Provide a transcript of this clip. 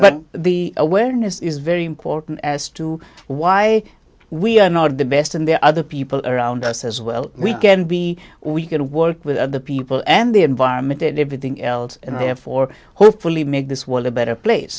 but the awareness is very important as to why we are not the best and there are other people around us as well we can be we can work with the people and the environment and everything else and have for hopefully make this world a better place